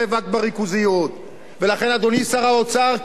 ולכן, אדוני שר האוצר, כשלת לחלוטין.